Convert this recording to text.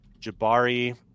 Jabari